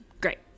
great